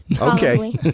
Okay